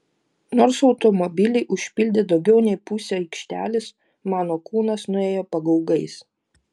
nors automobiliai užpildė daugiau nei pusę aikštelės mano kūnas nuėjo pagaugais